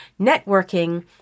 networking